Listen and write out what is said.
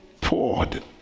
poured